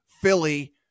Philly